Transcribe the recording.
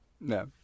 No